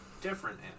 different